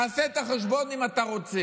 תעשה את החשבון, אם אתה רוצה.